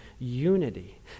unity